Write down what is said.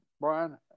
Brian